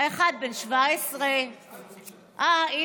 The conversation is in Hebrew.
האחד בן 17". אורלי,